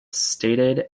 stated